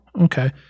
Okay